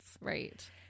right